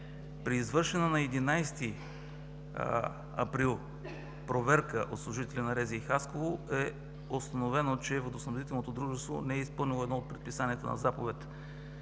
При извършена на 11 април проверка от служители на РЗИ – Хасково, е установено, че водоснабдителното дружество не е изпълнило едно от предписанията на Заповед